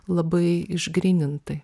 labai išgrynintai